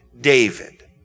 David